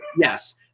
Yes